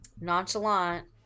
nonchalant